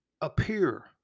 appear